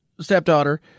stepdaughter